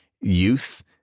youth